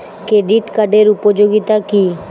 Credit কার্ডের উপযোগিতা কি?